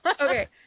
okay